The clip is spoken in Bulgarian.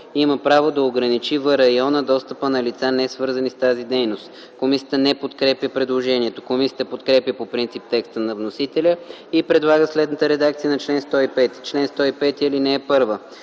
има право да ограничи в района достъпа на лица, несвързани с тази дейност.” Комисията не подкрепя предложението. Комисията подкрепя по принцип текста на вносителя и предлага следната редакция на чл. 105: “Чл. 105. (1) Лицето,